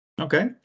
Okay